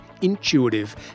Intuitive